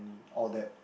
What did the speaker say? all that